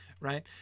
Right